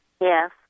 yes